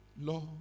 Lord